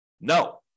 No